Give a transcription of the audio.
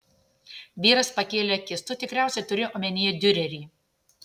vyras pakėlė akis tu tikriausiai turi omenyje diurerį